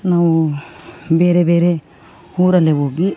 ನಾವು ಬೇರೆ ಬೇರೆ ಊರಲ್ಲೆ ಹೋಗಿ